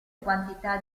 quantità